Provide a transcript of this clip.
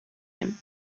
him